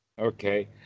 okay